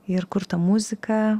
ir kur ta muzika